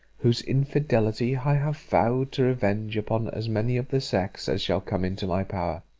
whose infidelity i have vowed to revenge upon as many of the sex as shall come into my power.